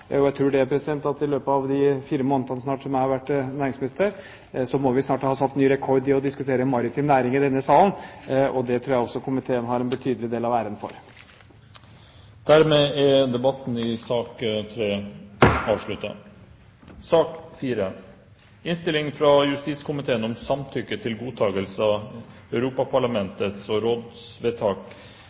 i løpet av de fire månedene som har gått siden jeg ble næringsminister, snart må ha satt ny rekord når det gjelder å diskutere maritim næring i denne salen. Det tror jeg også komiteen har en betydelig del av æren for. Dermed er debatten i sak nr. 3 avsluttet. Komiteen har i denne saken vært samstemt når det gjelder nødvendigheten av